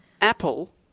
Apple